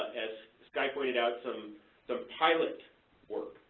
as sky pointed out, some some pilot work.